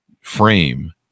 frame